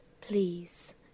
please